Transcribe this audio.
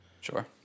Sure